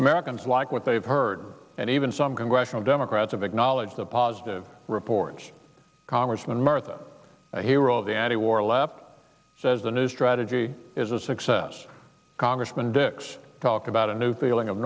americans like what they've heard and even some congressional democrats of acknowledge the positive report congressman murtha a hero of the ad war left says the new strategy is a success congressman dicks talk about a new feeling of